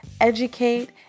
educate